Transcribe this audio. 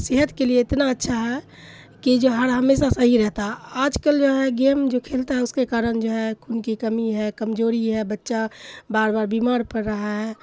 صحت کے لیے اتنا اچھا ہے کہ جو ہر ہمیشہ صحیح رہتا آج کل جو ہے گیم جو کھیلتا ہے اس کے کارن جو ہے کھون کی کمی ہے کمزوری ہے بچہ بار بار بیمار پڑ رہا ہے